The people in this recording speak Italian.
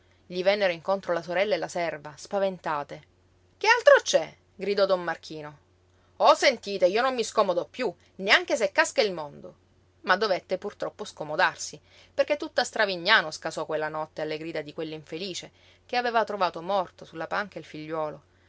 gli vennero incontro la sorella e la serva spaventate che altro c'è gridò don marchino oh sentite io non mi scomodo piú neanche se casca il mondo ma dovette pur troppo scomodarsi poiché tutta stravignano scasò quella notte alle grida di quell'infelice che aveva trovato morto sulla panca il figliuolo